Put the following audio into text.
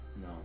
No